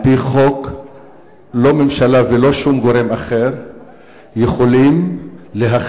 אני אומר לך שעל-פי חוק לא ממשלה ולא שום גורם אחר יכולים להחליט